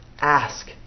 ask